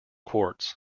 quartz